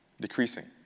decreasing